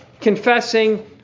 Confessing